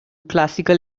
classical